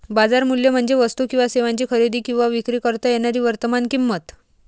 बाजार मूल्य म्हणजे वस्तू किंवा सेवांची खरेदी किंवा विक्री करता येणारी वर्तमान किंमत